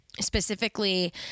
specifically